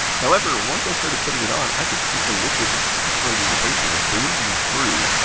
however, once i started putting it on, i could see the liquid was saturating the paper and bleeding through.